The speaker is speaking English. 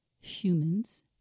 humans